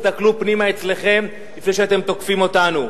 תסתכלו פנימה אצלכם לפני שאתם תוקפים אותנו.